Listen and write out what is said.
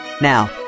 Now